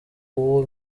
uwo